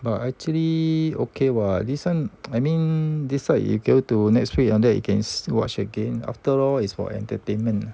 but actually okay what this one I mean these are eager to next week you on that you can watch again after all is for entertainment